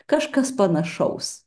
kažkas panašaus